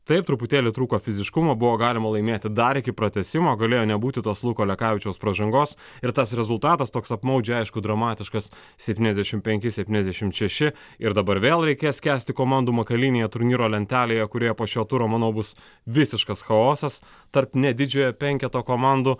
taip truputėlį trūko fiziškumo buvo galima laimėti dar iki pratęsimo galėjo nebūti tos luko lekavičiaus pražangos ir tas rezultatas toks apmaudžiai aišku dramatiškas septyniasdešimt penki septyniasdešimt šeši ir dabar vėl reikės kęsti komandų makalynėje turnyro lentelėje kurioje po šio turo manau bus visiškas chaosas tarp ne didžiojo penketo komandų